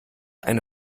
eine